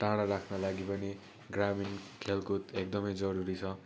टाढा राख्न लागि पनि ग्रामीण खेलकुद एकदमै जरुरी छ